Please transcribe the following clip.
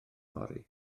fory